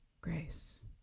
grace